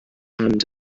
and